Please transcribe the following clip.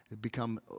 become